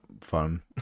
fun